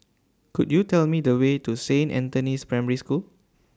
Could YOU Tell Me The Way to Saint Anthony's Primary School